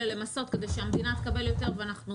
רוצים למסות כדי שהמדינה תקבל יותר ואנחנו,